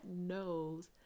knows